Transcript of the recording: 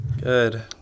Good